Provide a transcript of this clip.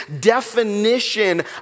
definition